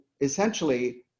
essentially